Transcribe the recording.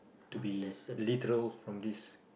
to be literal from this